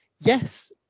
Yes